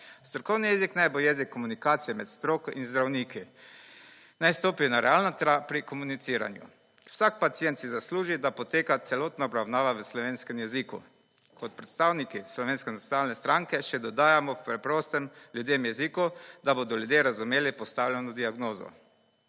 Strokovni jezik naj bo jezik komunikacije med stroko in zdravniki, naj stopi na realna tla pri komuniciranju. Vsak pacient si zasluži, da poteka celotna obravnava v slovenskem jeziku. Kot predstavniki SNS še dodajamo k preprostem ljudem jeziku, da bodo ljudje razumeli postavljeni diagnozo.